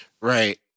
Right